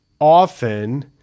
often